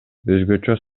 өзгөчө